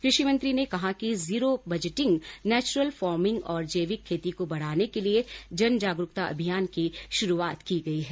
कृषि मंत्री ने कहा कि जीरो बजटिंग नेचुरल फार्मिंग और जैविक खेती को बढ़ाने के लिए जनजागरूकता अभियान की शुरुआत की गई है